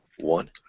One